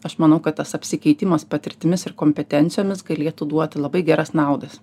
aš manau kad tas apsikeitimas patirtimis ir kompetencijomis galėtų duoti labai geras naudas